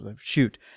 Shoot